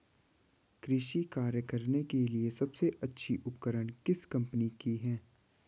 कृषि कार्य करने के लिए सबसे अच्छे उपकरण किस कंपनी के हैं?